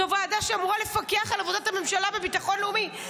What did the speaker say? זו ועדה שאמורה לפקח על עבודת הממשלה בביטחון לאומי.